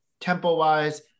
tempo-wise